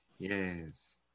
Yes